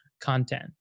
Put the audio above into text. content